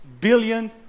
billion